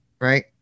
right